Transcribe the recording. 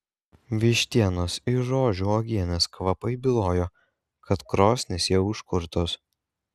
vištienos ir rožių uogienės kvapai bylojo kad krosnys jau užkurtos